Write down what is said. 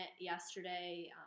yesterday